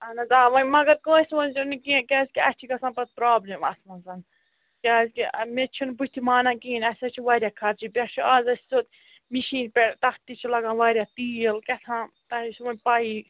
اَہَن حظ آ وۅنۍ مگر کٲنٛسہِ ؤنۍزیٚو نہٕ کیٚنٛہہ کیازکہِ اَسہِ چھِ گژھان پَتہٕ پرٛابلِم اَتھ منٛز کیٛازِکہِ مےٚ چھِنہٕ بُتھِ مانان کِہیٖنۍ اَسہِ حظ چھِ واریاہ خرچہٕ پٮ۪ٹھ چھُ اَز اَسہِ سیوٚد مِشیٖن پٮ۪ٹھ تَتھ تہِ چھِ لَگان واریاہ تیٖل کیٛاہتام تۄہہِ حظ چھِ وۄنۍ پَیی